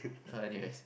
uh anyways